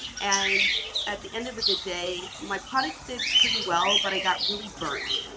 and at the end of of the day, my products did pretty well, but i got really burnt.